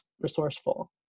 resourceful